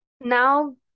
now